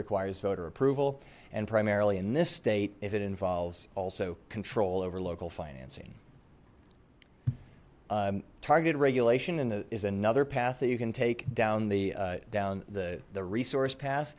requires voter approval and primarily in this state if it involves also control over local financing targeted regulation and is another path that you can take down the down the the resource